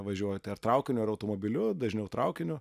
važiuoju tai ar traukiniu ar automobiliu dažniau traukiniu